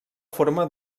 forma